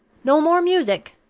no more music!